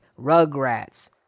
Rugrats